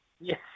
Yes